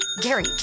Gary